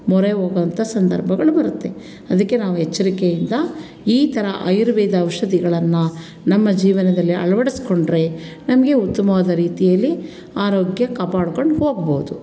ಮೊರೆ ಹೋಗುವಂಥ ಸಂದರ್ಭಗಳು ಬರುತ್ತೆ ಅದಕ್ಕೆ ನಾವು ಎಚ್ಚರಿಕೆಯಿಂದ ಈ ಥರ ಆಯುರ್ವೇದ ಔಷಧಿಗಳನ್ನು ನಮ್ಮ ಜೀವನದಲ್ಲಿ ಅಳವಡಿಸಿಕೊಂಡ್ರೆ ನಮಗೆ ಉತ್ತಮವಾದ ರೀತಿಯಲ್ಲಿ ಆರೋಗ್ಯ ಕಾಪಾಡ್ಕೊಂಡು ಹೋಗ್ಬೋದು